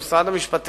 וכן עם משרד המשפטים,